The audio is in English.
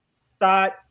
Start